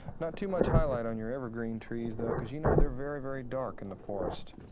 not too much highlight on your evergreen trees though, cause you know they're very, very dark in the forest.